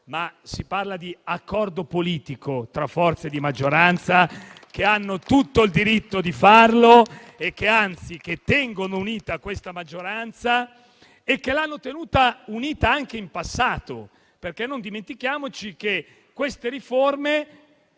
Qui si parla di accordo politico tra forze di maggioranza, che hanno tutto il diritto di farlo e, anzi, tengono unita questa maggioranza e l'hanno tenuta unita anche in passato. Non dimentichiamo, infatti, che queste riforme